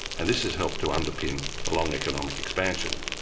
and this has helped to underpin a long economic expansion.